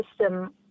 system